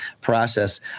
process